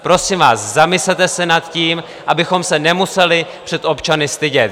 Prosím vás, zamyslete se nad tím, abychom se nemuseli před občany stydět.